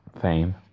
fame